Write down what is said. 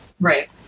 Right